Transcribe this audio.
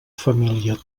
família